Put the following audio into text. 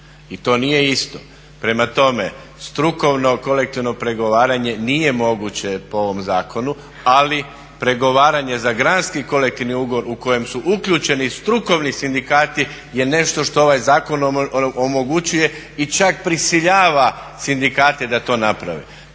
i to nije isto. Prema tome, strukovno kolektivno pregovaranje nije moguće po ovom zakonu, ali pregovaranje za gradski kolektivni ugovor u kojem su uključeni strukovni sindikati je nešto što ovaj zakon omogućuje i čak prisiljava sindikate da to naprave.